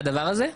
הדבר הזה,